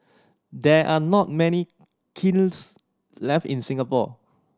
there are not many kilns left in Singapore